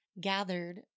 gathered